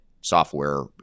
software